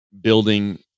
building